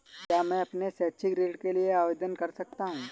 क्या मैं अपने शैक्षिक ऋण के लिए आवेदन कर सकता हूँ?